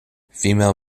female